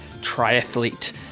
triathlete